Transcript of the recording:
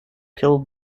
kill